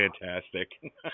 fantastic